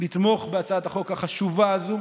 לתמוך בהצעת החוק החשובה הזו,